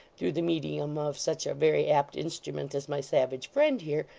through the medium of such a very apt instrument as my savage friend here,